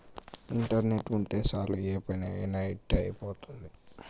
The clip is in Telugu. ఇంటర్నెట్ ఉంటే చాలు ఏ పని అయినా ఇట్టి అయిపోతుంది